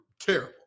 Terrible